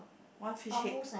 one fish head